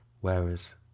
whereas